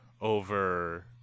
over